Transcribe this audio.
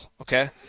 Okay